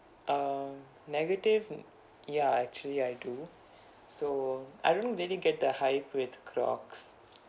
err negative ya actually I do so I don't really get the hype with crocs